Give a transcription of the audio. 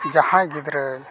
ᱡᱟᱦᱟᱸᱭ ᱜᱤᱫᱽᱨᱟᱹ